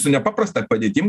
su nepaprasta padėtim